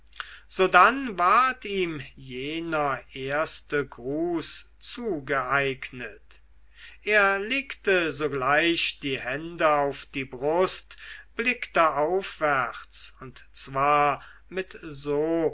sodann ward ihm jener erste gruß zugeeignet er legte sogleich die hände auf die brust blickte aufwärts und zwar mit so